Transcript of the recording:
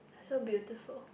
so beautiful